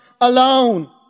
alone